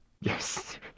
Yes